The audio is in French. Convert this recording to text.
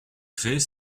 créer